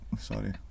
sorry